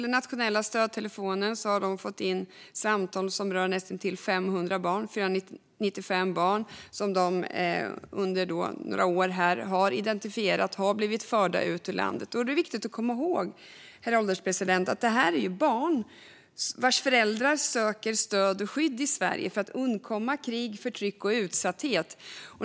Nationella stödtelefonen har fått in samtal som rör 495 barn och som man under några år har identifierat som barn som har blivit förda ut ur landet. Då är det viktigt att komma ihåg, herr ålderspresident, att detta är barn vars föräldrar sökt stöd och skydd i Sverige för att undkomma krig, förtryck och utsatthet.